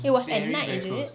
it was at night is it